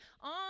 on